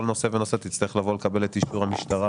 נושא ונושא תצטרך לבוא לקבל את אישור המשטרה.